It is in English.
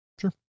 Sure